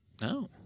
No